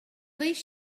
least